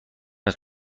است